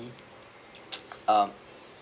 um